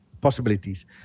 possibilities